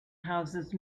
houses